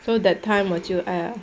so that time 我就 !aiya!